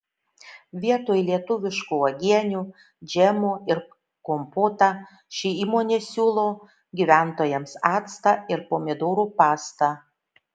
vietoj lietuviškų uogienių džemų ir kompotą ši įmonė siūlo gyventojams actą ir pomidorų pastą